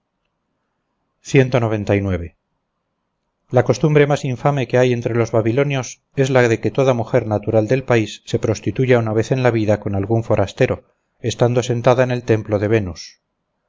árabes la costumbre más infame que hay entre los babilonios es la de que toda mujer natural del país se prostituya una vez en la vida con algún forastero estando sentada en el templo de venus